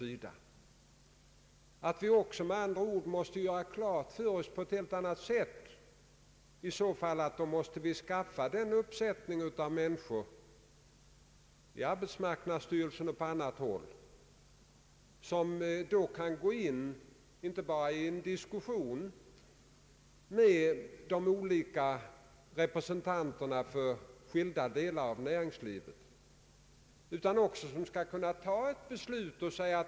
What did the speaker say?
I så fall måste vi ha klart för oss att vi måste skaffa en uppsättning av personal i arbetsmarknadsstyrelsen och på annat håll, som inte bara kan gå in i diskussion med de olika representanterna för skilda delar av näringslivet utan som också skall kunna fatta beslut.